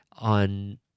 on